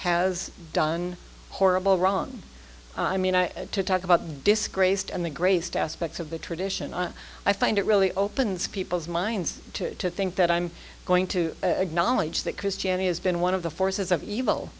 has done horrible wrong i mean to talk about disgraced and the greatest aspects of the tradition i find it really opens people's minds to think that i'm going to a knowledge that christianity has been one of the forces of evil